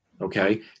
Okay